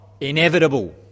Inevitable